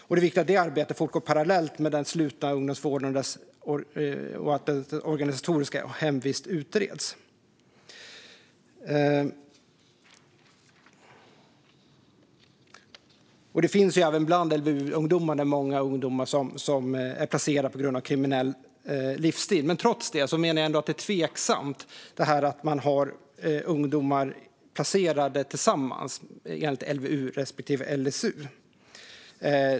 Det är viktigt att det arbetet fortgår parallellt med att den slutna ungdomsvården och dess organisatoriska hemvist utreds. Även bland LVU-ungdomarna finns många som är placerade på grund av kriminell livsstil. Trots detta menar jag att det är tveksamt att man har ungdomar placerade tillsammans enligt LVU respektive LSU.